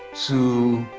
to,